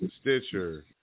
Stitcher